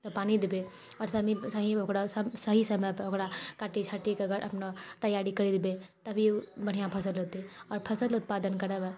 तऽ पानी देबै आओर सही ओकरा सही समयपर ओकरा काटि छाँटिकऽ अगर अपनो तैआरी करि देबै तभी ओ बढ़िआँ फसल हेतै आओर फसल उत्पादन करैमे